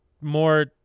More